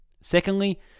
Secondly